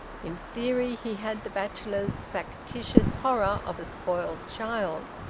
in theory he had the bachelor's factitious horror of a spoiled child.